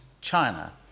China